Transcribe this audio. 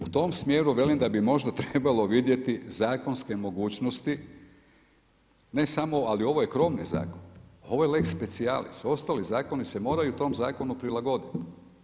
U tom smjeru velim da bi možda trebalo vidjeti zakonske mogućnosti, ali ovo je krovni zakon, ovo je lex specialis, ostali zakoni se moraju tom zakonu prilagoditi.